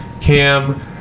Cam